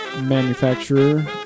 manufacturer